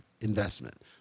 investment